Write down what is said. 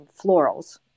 florals